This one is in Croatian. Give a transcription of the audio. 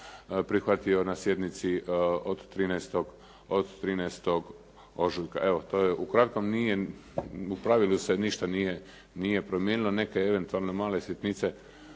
prihvatio na sjednici od 13. ožujka. Evo to je u kratko. u pravilu se ništa nije promijenilo. Neke eventualno male sitnice